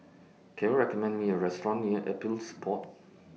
Can YOU recommend Me A Restaurant near Appeals Board